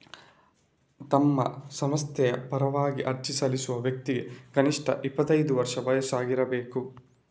ತಮ್ಮ ಸಂಸ್ಥೆಯ ಪರವಾಗಿ ಅರ್ಜಿ ಸಲ್ಲಿಸುವ ವ್ಯಕ್ತಿಗೆ ಕನಿಷ್ಠ ಇಪ್ಪತ್ತೈದು ವರ್ಷ ವಯಸ್ಸು ಆಗಿರ್ಬೇಕು